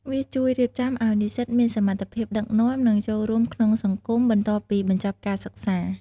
វាជួយរៀបចំឲ្យនិស្សិតមានសមត្ថភាពដឹកនាំ និងចូលរួមក្នុងសង្គមបន្ទាប់ពីបញ្ចប់ការសិក្សា។